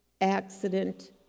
accident